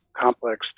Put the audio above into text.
complex